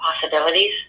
possibilities